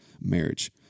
marriage